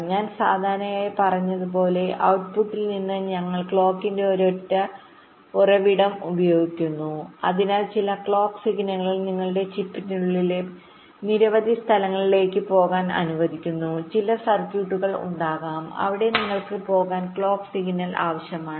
ഞാൻ സാധാരണയായി പറഞ്ഞതുപോലെ ഔട്ട്പുട് ൽ നിന്ന് ഞങ്ങൾ ക്ലോക്കിന്റെ ഒരൊറ്റ ഉറവിടം പ്രയോഗിക്കുന്നു അതിനകത്ത് ചില ക്ലോക്ക് സിഗ്നലുകൾ നിങ്ങളുടെ ചിപ്പിനുള്ളിലെ നിരവധി സ്ഥലങ്ങളിലേക്ക് പോകാൻ അനുവദിക്കുന്ന ചില സർക്യൂട്ടുകൾ ഉണ്ടാകും അവിടെ നിങ്ങൾക്ക് പോകാൻ ക്ലോക്ക് സിഗ്നൽ ആവശ്യമാണ്